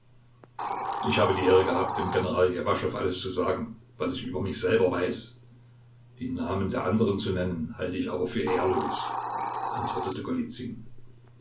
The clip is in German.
ich habe die ehre gehabt dem general ljewaschow alles zu sagen was ich über mich selber weiß die namen der andern zu nennen halte ich aber für ehrlos antwortete